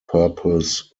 purpose